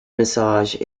massage